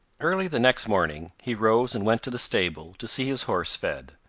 early the next morning he rose and went to the stable to see his horse fed.